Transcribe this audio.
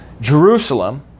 Jerusalem